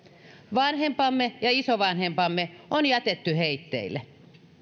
vanhempamme ja isovanhempamme on jätetty heitteille